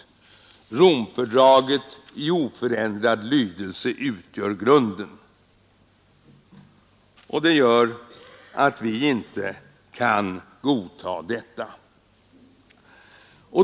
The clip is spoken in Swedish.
Romfördraget i oförändrad lydelse utgör grunden. Det gör att vi inte kan godta detta.